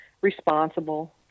responsible